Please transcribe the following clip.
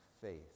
faith